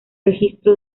registro